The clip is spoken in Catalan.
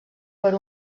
per